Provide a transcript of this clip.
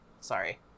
Sorry